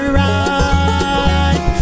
right